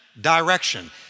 direction